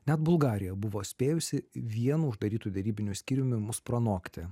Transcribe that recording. net bulgarija buvo spėjusi vienu uždarytu derybiniu skyriumi mus pranokti